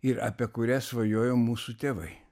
ir apie kurią svajojo mūsų tėvai